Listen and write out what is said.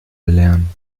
belehren